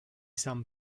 san